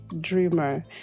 dreamer